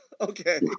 okay